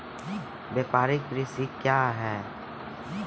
व्यापारिक कृषि क्या हैं?